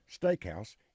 Steakhouse